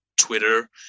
twitter